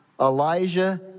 Elijah